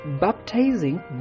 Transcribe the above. baptizing